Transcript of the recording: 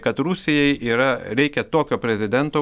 kad rusijai yra reikia tokio prezidento